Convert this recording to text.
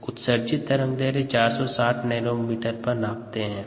उत्सर्जित तरंग दैर्ध्य 460 नैनोमीटर पर मापते है